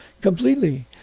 completely